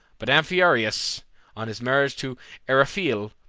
but amphiaraus, on his marriage to eriphyle,